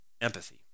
empathy